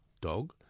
dog